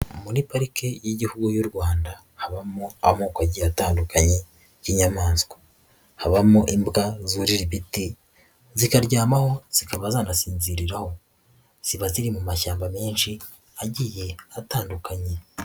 Muri Parike y'Igihugu y'u Rwanda habamo amoko agiye atandukanye y'inyamaswa, habamo imbwa zurira ibiti zikaryamaho zikaba zanasinziriraho, ziba ziri mu mashyamba menshi agiye atandukanye.